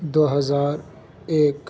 دو ہزار ایک